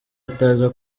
ataza